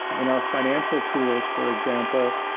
in our financial tools, for example,